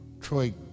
Troy